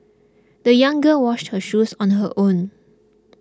the young girl washed her shoes on her own